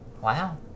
Wow